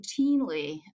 routinely